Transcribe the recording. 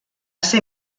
ser